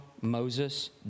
Moses